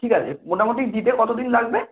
ঠিক আছে মোটামুটি দিতে কতদিন লাগবে